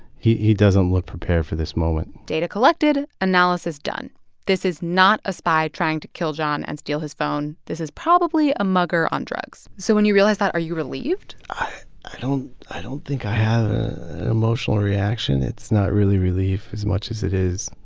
he he doesn't look prepared for this moment data collected, analysis done this is not a spy trying to kill john and steal his phone. this is probably a mugger on drugs so when you realize that, are you relieved? i i don't think i had an emotional reaction. it's not really relief as much as it is,